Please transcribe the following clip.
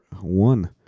one